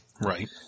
right